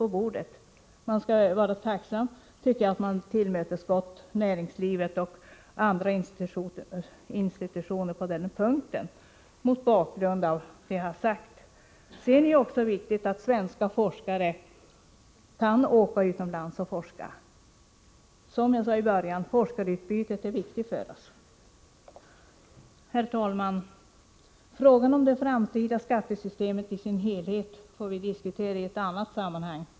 Jag tycker att man skall vara tacksam för att näringslivets och andra institutioners intressen har tillgodosetts på den här punkten mot bakgrund av vad jag har sagt. Det är också viktigt att svenska forskare kan åka utomlands och forska. Som jag tidigare har nämnt är forskarutbytet viktigt för oss. Herr talman! Frågan om det framtida skattesystemet i sin helhet får vi diskutera i ett annat sammanhang.